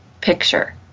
picture